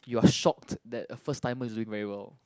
you are shocked that a first timer is being very well